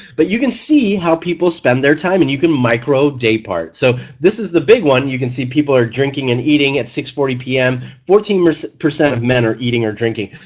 but you can see how people spend their time and you can micro daypart. so this is the big one you can see people are drinking and eating at six forty p m, fourteen percent of men are eating or drinking.